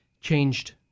Changed